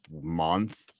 month